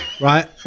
right